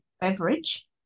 beverage